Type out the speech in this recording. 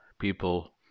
people